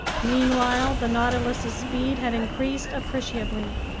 meanwhile the nautilus's speed had increased appreciably.